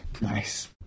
Nice